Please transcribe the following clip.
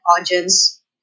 audience